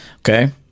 okay